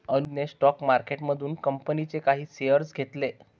अनुजने स्टॉक मार्केटमधून कंपनीचे काही शेअर्स घेतले